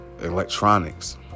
electronics